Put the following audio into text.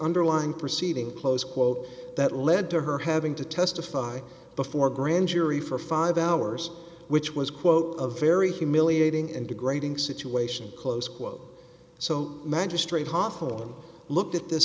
underlying proceeding close quote that led to her having to testify before a grand jury for five hours which was quote a very humiliating and degrading situation close quote so magistrate hospital looked at th